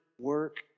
work